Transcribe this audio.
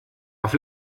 auf